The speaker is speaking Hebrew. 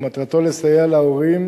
ומטרתו לסייע להורים